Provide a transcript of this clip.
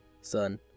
Son